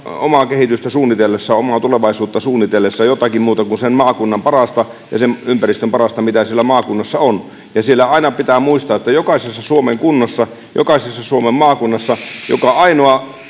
omaa kehitystä omaa tulevaisuutta suunnitellessa jotakin muuta kuin sen maakunnan parasta ja sen ympäristön parasta mitä siellä maakunnassa on aina pitää muistaa että jokaisessa suomen kunnassa ja jokaisessa suomen maakunnassa joka ainoa